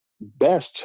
best